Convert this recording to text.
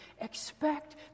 Expect